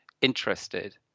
interested